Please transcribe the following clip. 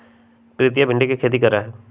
प्रीतिया भिंडी के खेती करा हई